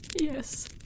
Yes